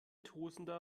tosender